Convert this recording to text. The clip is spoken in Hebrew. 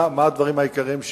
מה הדברים העיקריים שעלו?